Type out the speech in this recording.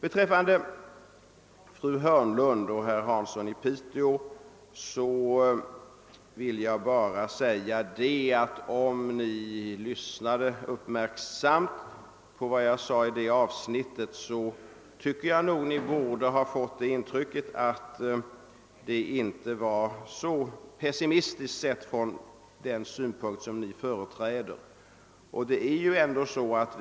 Beträffande fru Hörnlunds och herr Hanssons i Piteå anföranden vill jag bara framhålla att om de lyssnat uppmärksamt på vad jag sade borde de ha fått intrycket att situationen inte är så nedslående från deras egen synpunkt.